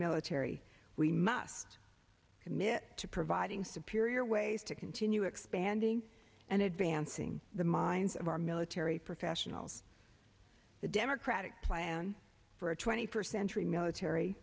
military we must commit to providing superior ways to continue expanding and advancing the minds of our military professionals the democratic plan for a twenty first century military